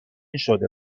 شده